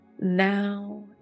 now